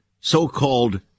so-called